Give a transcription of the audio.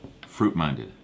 fruit-minded